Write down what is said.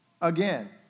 again